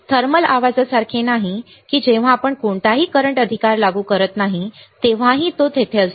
तर थर्मल आवाजासारखे नाही की जेव्हा आपण कोणताही वर्तमान अधिकार लागू करत नाही तेव्हाही तो तेथे असतो